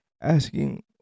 asking